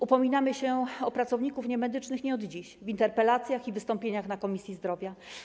Upominamy się o pracowników niemedycznych nie od dziś w interpelacjach i wystąpieniach w Komisji Zdrowia.